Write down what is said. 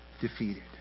defeated